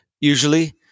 usually